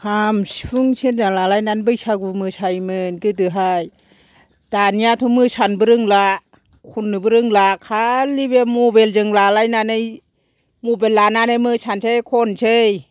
खाम सिफुं सेरजा लालायना बैसागु मोसायोमोन गोदोहाय दानियाथ' मोसानोबो रोंला खननोबो रोंला खालि बे मबाइलजों लालायनानै मबाइल लानानै मोसासै खनसै